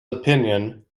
opinion